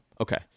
Okay